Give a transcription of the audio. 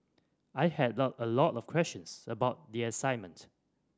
I had lot a lot of questions about the assignment